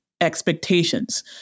expectations